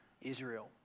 Israel